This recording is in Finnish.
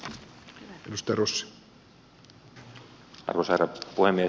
arvoisa herra puhemies